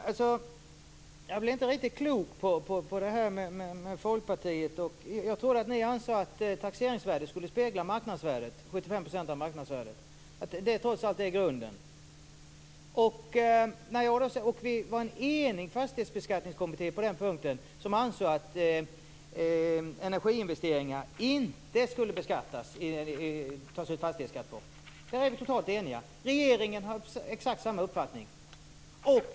Fru talman! Jag blir inte riktigt klok på Folkpartiet. Jag trodde att ni ansåg att taxeringsvärdet skulle spegla 75 % av marknadsvärdet. Jag trodde att det trots allt var grunden. På den punkten var det en enig fastighetsbeskattningskommitté. Vi ansåg att på energiinvesteringar skulle man inte ta ut fastighetsskatt. Där är vi totalt eniga. Regeringen har exakt samma uppfattning.